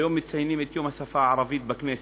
היום מציינים את יום השפה הערבית בכנסת.